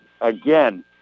Again